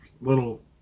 little